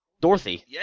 Dorothy